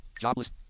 Jobless